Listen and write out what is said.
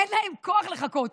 אין להם כוח לחכות.